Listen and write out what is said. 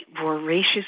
voracious